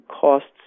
costs